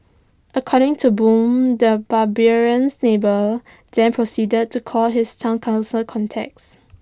according to boo the barbarian neighbour then proceeded to call his Town Council contacts